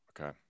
Okay